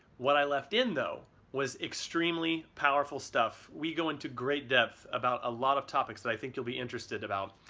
what i left in though was extremely powerful stuff. we go into great depth about a lot of topics that i think you'll be interested about.